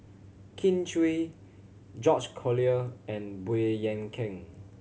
Kin Chui George Collyer and Baey Yam Keng